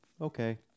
okay